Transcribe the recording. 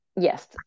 Yes